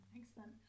Excellent